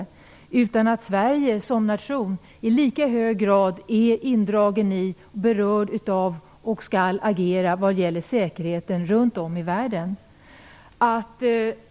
Sverige som nation är i lika hög grad indraget i och berört av, och skall även agera, frågor om säkerheten runt om i världen.